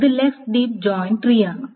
ഇത് left deep join ട്രീയാണ്